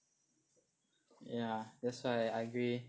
ya that's why I agree